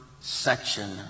section